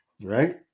Right